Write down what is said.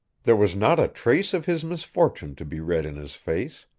there was not a trace of his misfortune to be read in his face.